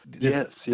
Yes